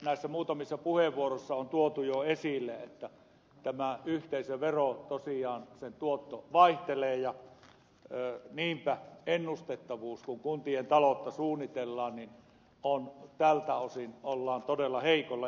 näissä muutamissa puheenvuoroissa on tuotu jo esille että tosiaan tämän yhteisöveron tuotto vaihtelee ja niinpä ennustettavuuden osalta kun kuntien taloutta suunnitellaan ollaan todella heikolla jäällä